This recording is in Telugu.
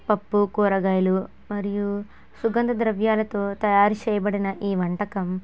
పప్పు కూరగాయలు మరియు సుగంధ ద్రవ్యాలతో తయారు చేయబడిన ఈ వంటకం